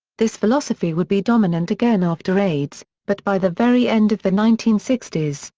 this philosophy would be dominant again after aids, but by the very end of the nineteen sixty s,